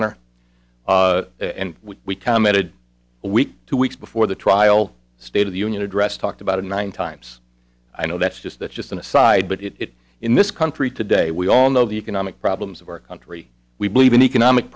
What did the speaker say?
commented a week two weeks before the trial state of the union address talked about a nine times i know that's just that's just an aside but it in this country today we all know the economic problems of our country we believe an economic